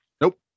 Nope